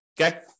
Okay